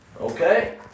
Okay